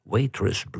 Waitress